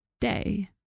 day